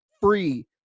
free